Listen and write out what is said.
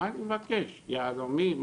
מה אני מבקש, יהלומים?